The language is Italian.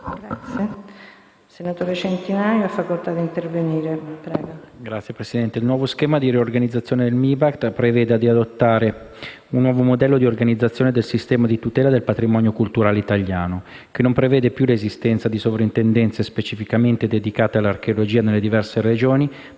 Signora Presidente, signor Ministro, il nuovo schema di riorganizzazione del MIBACT prevede di adottare un nuovo modello di organizzazione del sistema di tutela del patrimonio culturale italiano, che non prevede più l'esistenza di Sovrintendenze specificamente dedicate all'archeologia nelle diverse Regioni,